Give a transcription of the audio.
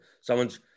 someone's